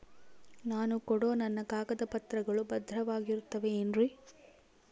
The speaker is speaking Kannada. ನಾನು ಕೊಡೋ ನನ್ನ ಕಾಗದ ಪತ್ರಗಳು ಭದ್ರವಾಗಿರುತ್ತವೆ ಏನ್ರಿ?